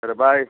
సరే బాయ్